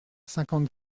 cinquante